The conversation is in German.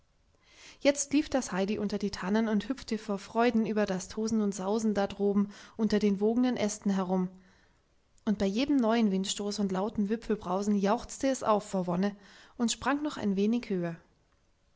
jetzt lief das heidi unter die tannen und hüpfte vor freuden über das tosen und sausen da droben unter den wogenden ästen herum und bei jedem neuen windstoß und lauten wipfelbrausen jauchzte es auf vor wonne und sprang noch ein wenig höher